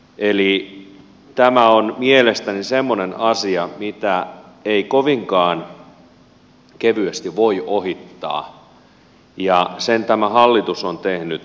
eli tämä on mielestäni semmoinen asia mitä ei kovinkaan kevyesti voi ohittaa ja sen tämä hallitus on tehnyt